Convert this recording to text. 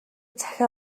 захиа